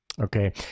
okay